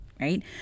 Right